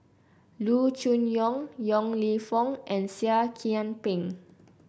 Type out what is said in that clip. Loo Choon Yong Yong Lew Foong and Seah Kian Peng